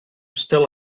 still